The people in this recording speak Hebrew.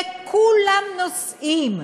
וכולם נוסעים.